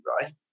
right